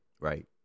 right